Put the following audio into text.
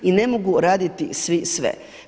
I ne mogu raditi svi sve.